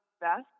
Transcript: best